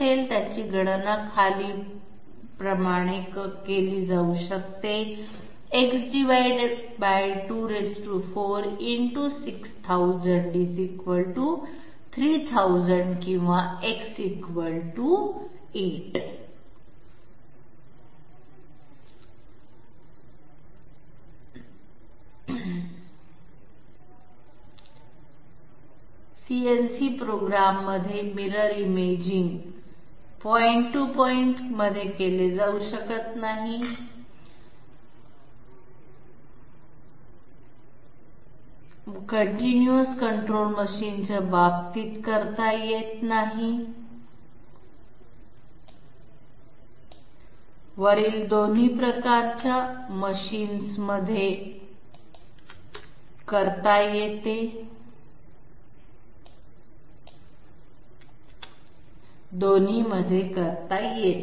त्याची गणना खालीलप्रमाणे केली जाऊ शकते X24×60003000 किंवा X8 सीएनसी प्रोग्राममध्ये mirror imaging point to point machines मध्ये केले जाऊ शकत नाही कंटीन्यूअस कंट्रोल मशीनच्या बाबतीत करता येत नाही वरील दोन्ही प्रकारच्या मशीनमध्ये करता येते दोन्हीमध्ये करता येत नाही